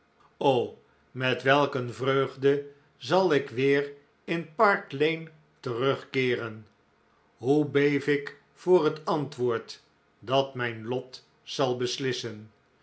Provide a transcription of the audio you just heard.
met welk een vreugde zal ik weer in park lane terugkeeren hoe beef ik voor het antwoord dat mijn lot zal beslissen